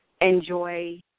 enjoy